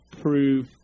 prove